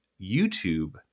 YouTube